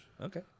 Okay